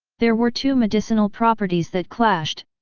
there were two medicinal properties that clashed,